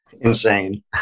Insane